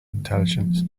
intelligence